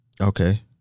Okay